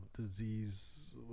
disease